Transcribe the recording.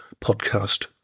podcast